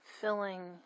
filling